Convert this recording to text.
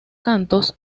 cantos